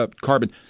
carbon